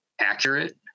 accurate